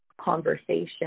conversation